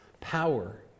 power